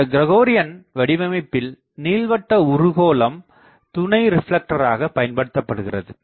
இந்த கிரகோரியன் வடிவமைப்பில் நீள்வட்ட உருகோளம் துணை ரிப்லெக்டராக பயன்படுத்தப்படுகிறது